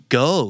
go